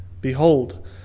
Behold